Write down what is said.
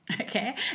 Okay